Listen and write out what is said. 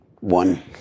one